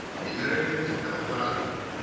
the americans have a thousand.